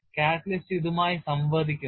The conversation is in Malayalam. കാറ്റലിസ്റ്റ് ഇതുമായി സംവദിക്കുന്നു